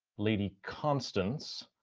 lady constance,